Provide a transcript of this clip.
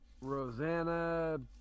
Rosanna